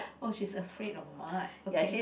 oh she's afraid of mud okay